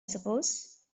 suppose